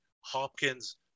Hopkins